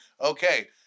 Okay